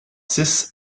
six